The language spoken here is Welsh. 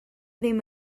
ddim